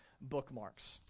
bookmarks